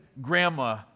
grandma